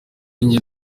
njye